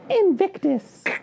Invictus